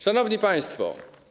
Szanowni Państwo!